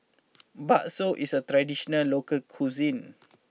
Bakso is a traditional local cuisine